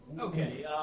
Okay